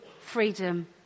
freedom